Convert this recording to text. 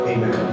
Amen